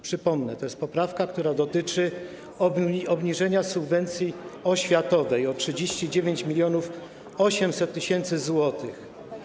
Przypomnę, to jest poprawka, która dotyczy obniżenia subwencji oświatowej o 39 800 tys. zł.